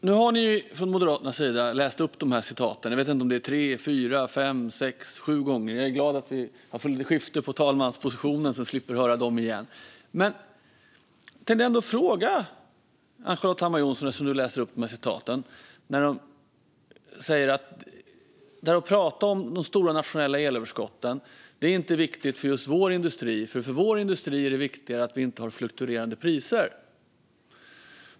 Nu har ni från Moderaternas sida läst upp dessa citat. Jag vet inte om det är tre, fyra, fem, sex eller sju gånger. Jag är glad att vi har fått ett skifte på talmanspositionen så att talmannen slipper höra dem igen. Jag kan ändå ställa en fråga till Ann-Charlotte Hammar Johnsson, som läser upp citaten. Man säger att de stora nationella elöverskotten inte är viktiga för just vår industri. För vår industri är det viktigare att vi inte har fluktuerande priser.